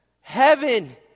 Heaven